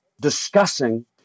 discussing